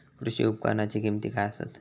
कृषी उपकरणाची किमती काय आसत?